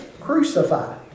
crucified